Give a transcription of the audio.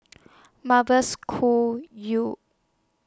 Mavis Khoo YOU